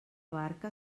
barca